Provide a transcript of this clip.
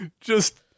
Just-